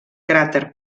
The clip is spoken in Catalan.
cràter